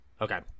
okay